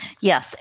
Yes